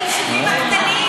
שהם יגיעו ליישובים הקטנים.